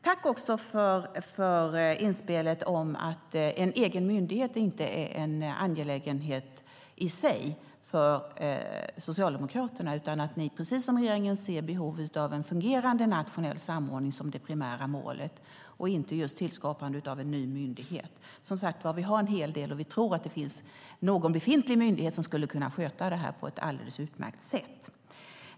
Tack för inspelet om att en egen myndighet inte är en angelägenhet i sig för Socialdemokraterna utan att ni precis som regeringen ser behovet av en fungerande nationell samordning som det primära målet och inte just inrättandet av en ny myndighet. Vi har en hel del, och vi tror att en befintlig myndighet skulle kunna sköta det här på ett alldeles utmärkt sätt.